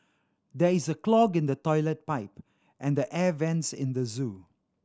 there is a clog in the toilet pipe and the air vents in the zoo